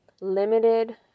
limited